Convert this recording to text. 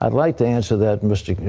i'd like to answer that, mr.